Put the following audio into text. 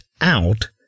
out